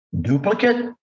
duplicate